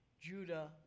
Judah